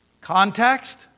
context